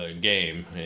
game